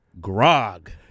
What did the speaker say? grog